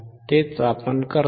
तेच आपण करतो